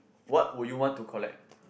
what would you want to collect